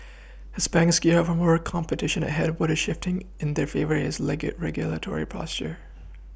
as banks gear up for more competition ahead what is shifting in their favour is regulatory posture